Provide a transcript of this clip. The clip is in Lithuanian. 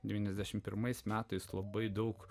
devyniasdešimt pirmais metais labai daug